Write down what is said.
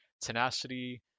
Tenacity